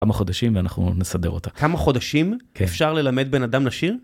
כמה חודשים ואנחנו נסדר אותה. כמה חודשים אפשר ללמד בן אדם לשיר?